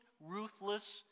ruthless